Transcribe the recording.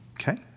okay